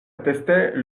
attestaient